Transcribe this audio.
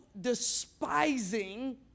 despising